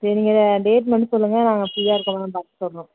சரி நீங்கள் இந்த டேட் மட்டும் சொல்லுங்க நாங்கள் ஃப்ரீயாக இருக்கோமா பார்த்து சொல்கிறோம்